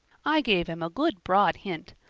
i gave him a good broad hint.